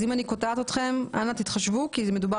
אז אם אני קוטעת אתכם אנא תתחשבו כי מדובר